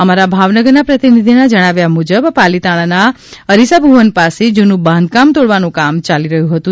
અમારા ભાવનગરના પ્રતિનિધિના જણાવ્યા મુજબ પાલીતાણાના અરીસા ભુવન પાસે જૂનું બાંધકામ તોડવાનું કામ ચાલી રહ્યું હતું